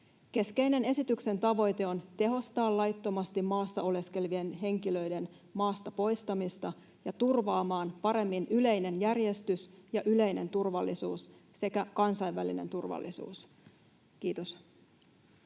Keskeinen esityksen tavoite on tehostaa laittomasti maassa oleskelevien henkilöiden maasta poistamista ja turvata paremmin yleinen järjestys ja yleinen turvallisuus sekä kansainvälinen turvallisuus. — Kiitos.